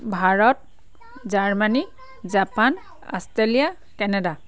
Bharat Germany Japan Australia Canada